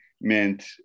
meant